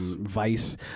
vice